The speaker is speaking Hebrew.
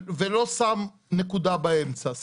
אציג בקצרה את האנשים שנמצאים פה: